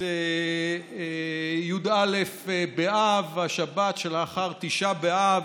את י"א באב, השבת שלאחר תשעה באב,